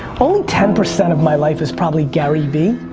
only ten percent of my life is probably gary v.